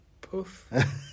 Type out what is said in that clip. poof